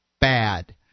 bad